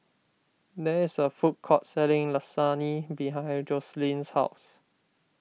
there is a food court selling Lasagne behind Joseline's house